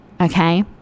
Okay